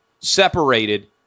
separated